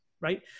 right